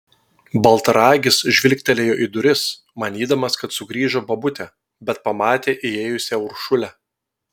baltaragis žvilgtelėjo į duris manydamas kad sugrįžo bobutė bet pamatė įėjusią uršulę